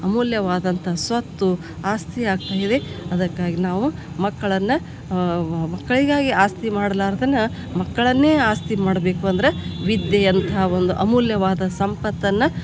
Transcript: ಅಮೂಲ್ಯವಾದಂಥ ಸ್ವತ್ತು ಆಸ್ತಿ ಆಗ್ತಾ ಇದೆ ಅದಕ್ಕಾಗಿ ನಾವು ಮಕ್ಕಳನ್ನು ಮಕ್ಕಳಿಗಾಗಿ ಆಸ್ತಿ ಮಾಡಲಾರ್ದನ ಮಕ್ಕಳನ್ನೇ ಆಸ್ತಿ ಮಾಡಬೇಕು ಅಂದರೆ ವಿದ್ಯೆಯಂಥ ಒಂದು ಅಮೂಲ್ಯವಾದ ಸಂಪತ್ತನ್ನು